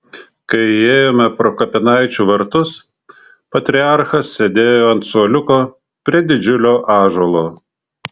kai įėjome pro kapinaičių vartus patriarchas sėdėjo ant suoliuko prie didžiulio ąžuolo